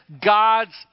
God's